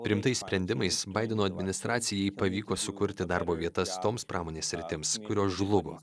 priimtais sprendimais baideno administracijai pavyko sukurti darbo vietas toms pramonės sritims kurios žlugo